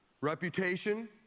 Reputation